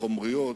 וחומריות